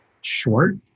short